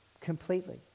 Completely